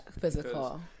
physical